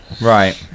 right